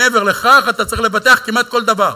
מעבר לכך, אתה צריך לבטח כמעט כל דבר: